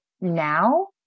now